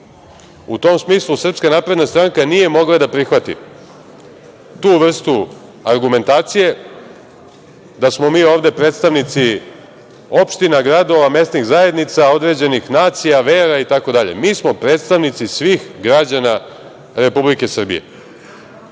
U tom smislu Srpska napredna stranka nije mogla da prihvati tu vrstu argumentacije da smo mi ovde predstavnici opština, gradova, mesnih zajednica, određenih nacija, vera, itd. Mi smo predstavnici svih građana Republike Srbije. Srbija